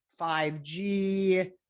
5G